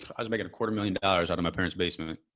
i was making a quarter million dollars out of my parents' basement.